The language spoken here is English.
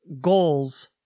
goals